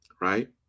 right